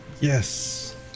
Yes